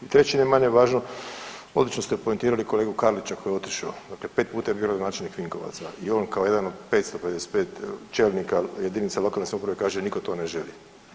I treće ne manje važno, odlično ste poentirali kolegu Karlića koji je otišao, dakle 5 puta je bio gradonačelnik Vinkovaca i on kao jedan od 555 čelnika jedinica lokalne samouprave kaže nitko to ne želi.